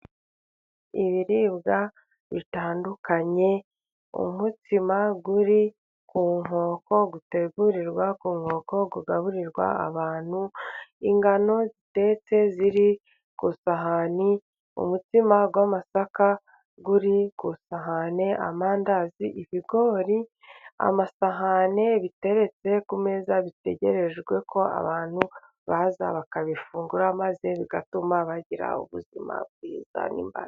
Ibiribwa bitandukanye; umutsima uri ku nkoko, utegurirwa ku nkoko, ugaburirwa abantu, ingano zitetse, ziri ku isahani, umutsima w'amasaka uri ku isahane, amandazi, ibigori, amasahani, biteretse ku meza bitegerejwe ko abantu baza bakabifungura, maze bigatuma bagira ubuzima bwiza n'imba...